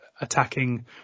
attacking